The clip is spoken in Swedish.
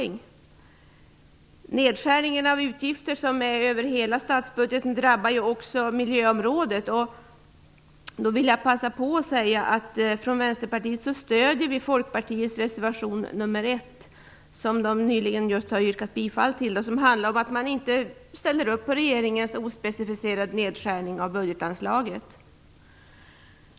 Nedskärningen av utgifter över hela statsbudgeten drabbar också miljöområdet. Jag vill passa på och säga att vi från Vänsterpartiet stöder Folkpartiets reservation nr 1, som man nyss har yrkat bifall till. Den handlar om att man inte ställer upp på regeringens ospecificerade nedskärning av budgetanslaget.